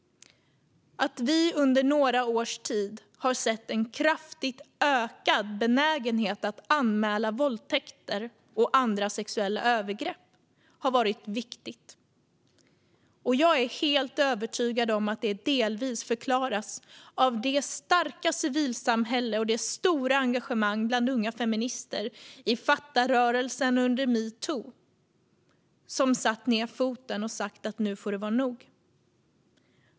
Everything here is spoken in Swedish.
Att vi under några års tid har sett en kraftigt ökad benägenhet att anmäla våldtäkter och andra sexuella övergrepp har varit viktigt. Jag är helt övertygad om att detta delvis förklaras av det starka civilsamhället och det stora engagemanget bland unga feminister i Fattarörelsen under metoo som har satt ned foten och sagt att det nu får vara nog.